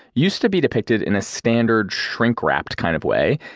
used to be depicted in a standard shrink-wrapped kind of way,